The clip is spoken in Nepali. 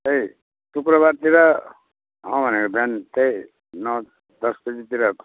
त्यही शुक्रबारतिर अँ बिहान त्यही नौ दस बजीतिर